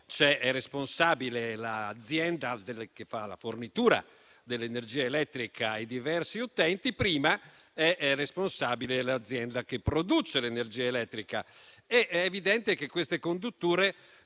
è responsabile l'azienda che si occupa della fornitura dell'energia elettrica ai diversi utenti, mentre prima è responsabile l'azienda che produce l'energia elettrica. È evidente che quelle condutture,